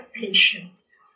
patience